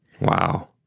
Wow